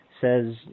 says